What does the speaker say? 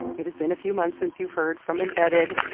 it has been a few months since you've heard from embedded.